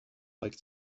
like